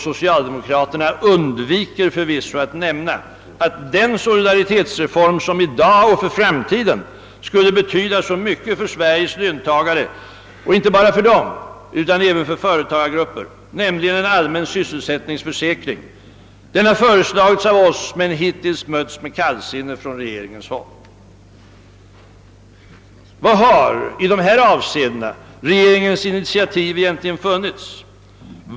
Socialdemokraterna undviker förvisso att nämna att den solidaritetsreform som i dag och för framtiden skulle betyda så mycket för Sveriges löntagare, och inte bara för dem utan även för företagargrupper, nämligen en allmän sysselsättningsförsäkring, har föreslagits av oss men hittills mötts med kallsinne från regeringshåll. Var har i dessa avseenden regeringens initiativ egentligen funnits?